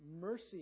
mercy